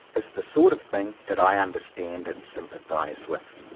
is the sort of thing that i understand and sympathize with.